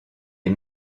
est